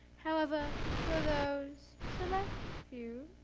however, for those select few